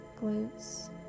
glutes